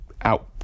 out